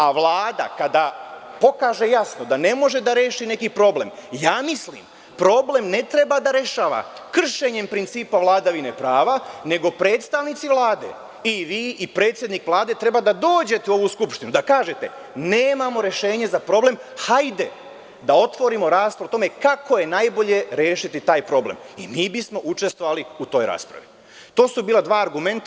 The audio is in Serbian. A Vlada kada pokaže jasno da ne može da reši neki problem, ja mislim, problem ne treba da rešava kršenjem principa vladavine prava, nego predstavnici Vlade, i vi i predsednik Vlade treba da dođete u ovu skupštinu da kažete – nemamo rešenje za problem, hajde da otvorimo raspravu o tome kako je najbolje rešiti taj problem, i mi bismo učestvovali u toj raspravi. (Predsedavajući: Vreme.) To su bila dva argumenta.